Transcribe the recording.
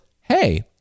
hey